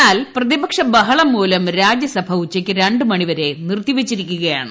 എന്നാൽ പ്രതിപക്ഷ ബഹളം മൂലം രാജ്യസഭ ഉച്ചയ്ക്ക് രണ്ട് മണി വരെ നിർത്തിവച്ചിരിക്കുകയാണ്